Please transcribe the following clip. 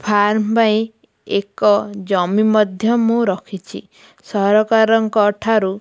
farm ପାଇଁ ଏକ ଜମି ମଧ୍ୟ ମୁଁ ରଖିଛି ସରକାରଙ୍କ ଠାରୁ